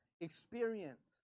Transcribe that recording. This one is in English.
experience